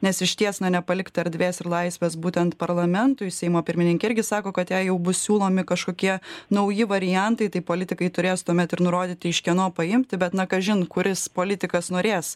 nes išties na nepalikta erdvės ir laisvės būtent parlamentui seimo pirmininkė irgi sako kad jei jau bus siūlomi kažkokie nauji variantai tai politikai turės tuomet ir nurodyti iš kieno paimti bet na kažin kuris politikas norės